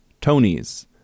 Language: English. Tony's